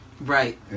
Right